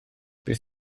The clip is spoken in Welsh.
beth